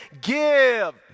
give